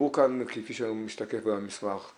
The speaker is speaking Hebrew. דיברו כאן, כפי שמשתקף במסמך על